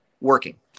working